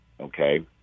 okay